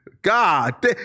God